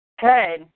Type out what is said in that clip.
Good